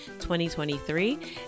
2023